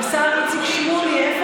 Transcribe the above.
איפה